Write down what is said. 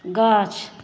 गाछ